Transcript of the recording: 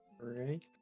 right